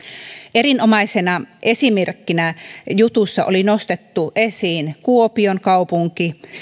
erinomaisena esimerkkinä jutussa oli nostettu esiin kuopion kaupunki